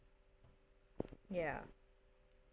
ya